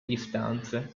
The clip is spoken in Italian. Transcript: distanze